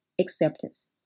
acceptance